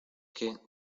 que